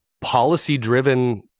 policy-driven